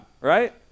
right